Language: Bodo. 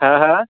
हा हा